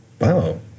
Wow